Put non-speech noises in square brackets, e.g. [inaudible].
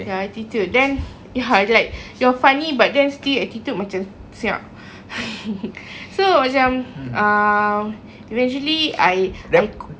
ya attitude then ya I was like you're funny but then still attitude macam siak [laughs] so macam uh eventually I